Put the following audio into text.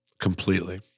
Completely